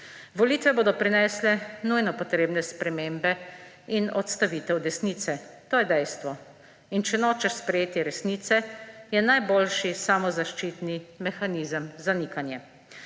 Volitve bodo prinesle nujno potrebne spremembe in odstavitev desnice. To je dejstvo. In če nočeš sprejeti resnice, je najboljši samozaščitni mehanizem zanikanje.